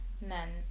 men